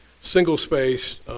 single-space